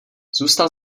zůstal